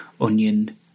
onion